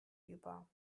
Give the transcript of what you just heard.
über